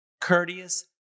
courteous